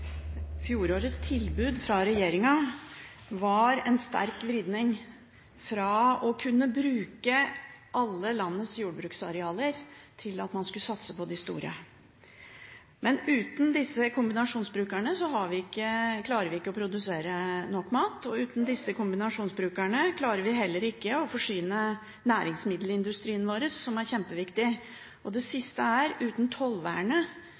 var en sterk vridning fra å kunne bruke alle landets jordbruksarealer til at man skulle satse på de store. Men uten kombinasjonsbrukene klarer vi ikke å produsere nok mat, og uten kombinasjonsbrukene klarer vi heller ikke å forsyne næringsmiddelindustrien vår, som er kjempeviktig, og det siste er at uten tollvernet